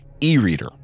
e-reader